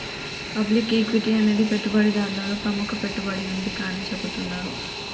public equity అనేది పెట్టుబడిదారులలో ప్రముఖ పెట్టుబడి ఎంపిక అని చెబుతున్నరు